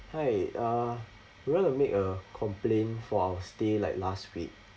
hi uh we want to make a complaint for our stay like last week